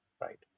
right